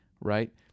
Right